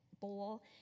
Bowl